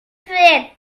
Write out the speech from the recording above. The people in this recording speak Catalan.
fred